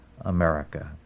America